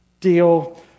deal